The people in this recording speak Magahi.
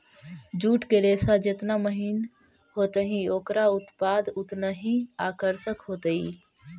जूट के रेशा जेतना महीन होतई, ओकरा उत्पाद उतनऽही आकर्षक होतई